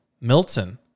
Milton